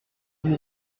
vous